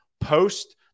post